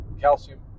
Calcium